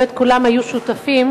ובאמת כולם היו שותפים,